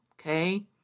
okay